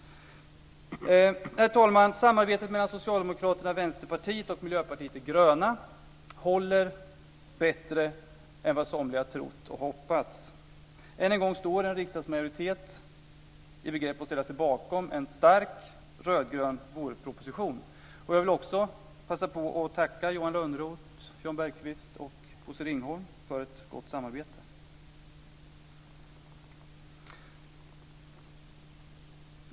Herr talman! Samarbetet mellan Socialdemokraterna, Vänsterpartiet och Miljöpartiet de gröna håller bättre än vad somliga trott och hoppats. Än en gång står en riksdagsmajoritet i begrepp att ställa sig bakom en stark rödgrön vårproposition. Jag vill också passa på att tacka Johan Lönnroth, Jan Bergqvist och Bosse Ringholm för ett gott samarbete.